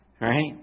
right